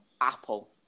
Apple